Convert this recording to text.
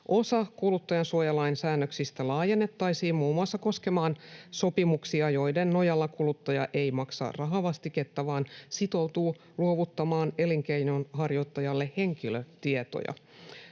Osa kuluttajansuojalain säännöksistä laajennettaisiin muun muassa koskemaan sopimuksia, joiden nojalla kuluttaja ei maksa rahavastiketta vaan sitoutuu luovuttamaan elinkeinonharjoittajalle henkilötietoja.